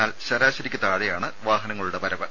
എന്നാൽ ശരാശരിയ്ക്ക് താഴെയാണ് വാഹനങ്ങളുടെ വരവ്